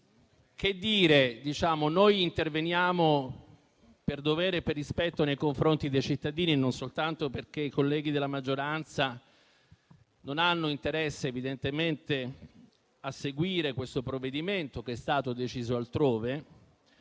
Presidente, interveniamo per dovere e per rispetto nei confronti dei cittadini e non soltanto perché i colleghi della maggioranza non hanno interesse, evidentemente, a seguire questo provvedimento, che è stato deciso altrove.